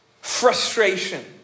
Frustration